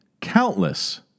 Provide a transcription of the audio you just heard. countless